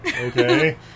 Okay